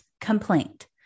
Complaint